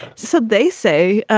so they say.